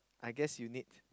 I guess you need